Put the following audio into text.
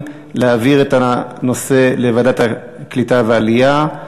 להעביר את הנושא לוועדת העלייה והקליטה.